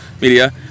Media